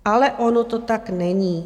Ale ono to tak není.